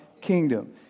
kingdom